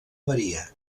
maria